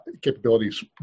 Capabilities